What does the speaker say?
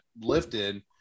lifted